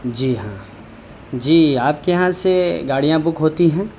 جی ہاں جی آپ کے یہاں سے گاڑیاں بک ہوتی ہیں